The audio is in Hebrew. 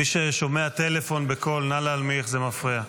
מי ששומע בקול בטלפון, נא להנמיך, זה מפריע.